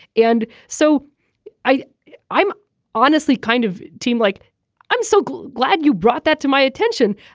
and so i i'm honestly kind of team like i'm so glad glad you brought that to my attention.